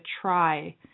try